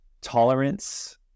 tolerance